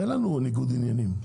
אין לנו ניגוד עניינים.